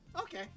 Okay